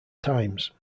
times